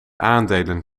aandelen